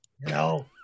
No